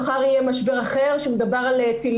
מחר יהיה משבר אחר של טילים,